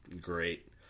great